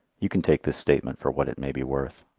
you can take this statement for what it may be worth.